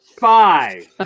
Five